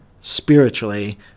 spiritually